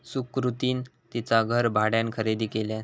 सुकृतीन तिचा घर भाड्यान खरेदी केल्यान